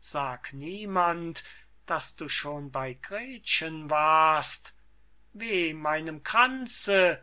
sag niemand daß du schon bey gretchen warst weh meinem kranze